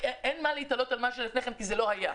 אין מה להתלות על מה שהיה לפני כן כי זה לא היה.